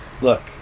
Look